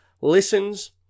listens